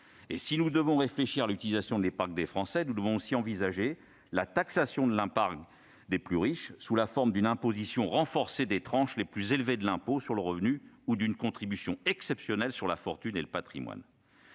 Si nous devons réfléchir à l'utilisation de l'épargne des Français, nous devons aussi envisager la taxation de l'épargne des plus riches sous la forme d'une imposition renforcée des tranches les plus élevées de l'impôt sur le revenu ou d'une contribution exceptionnelle sur la fortune et le patrimoine.